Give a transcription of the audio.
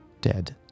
dead